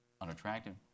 unattractive